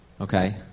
Okay